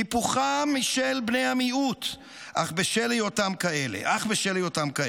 קיפוחם של בני המיעוט אך בשל היותם כאלה.